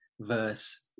verse